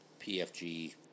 PFG